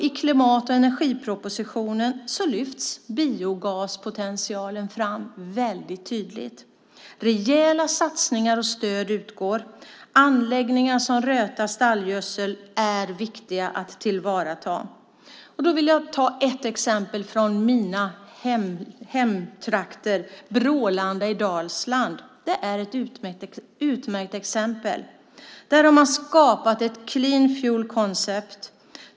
I klimat och energipropositionen lyfts biogaspotentialen tydligt fram. Rejäla satsningar och stöd utgår. Anläggningar som rötar stallgödsel är viktiga att tillvarata. Jag vill ta upp ett exempel från mina hemtrakter, nämligen Brålanda i Dalsland. Det är ett utmärkt exempel. Där har man skapat ett clean fuel-koncept.